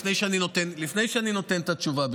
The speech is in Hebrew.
לפני שאני נותן את התשובה,